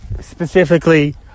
Specifically